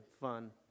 fun